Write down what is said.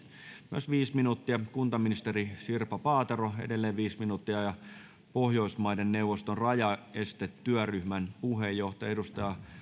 myös viisi minuuttia kuntaministeri sirpa paatero edelleen viisi minuuttia ja pohjoismaiden neuvoston rajaestetyöryhmän puheenjohtaja edustaja